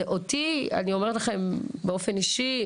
אני אומרת לכם באופן אישי,